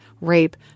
rape